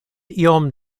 iom